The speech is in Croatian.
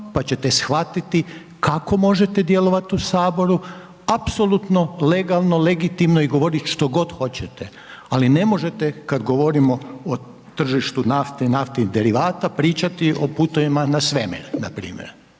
pa ćete shvatiti kako možete djelovati u Saboru, apsolutno legalno, legitimno i govoriti što god hoćete. Ali ne možete, kad govorimo o tržištu nafte i naftnih derivata pričati o putovima na svemir, npr.